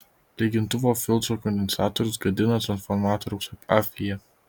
lygintuvo filtro kondensatorius gadina transformatoriaus apviją